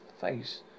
face